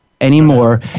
anymore